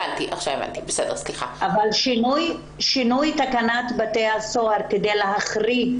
אבל שינוי תקנת בתי הסוהר כדי להחריג